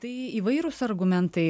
tai įvairūs argumentai